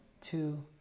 two